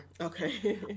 Okay